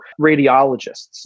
radiologists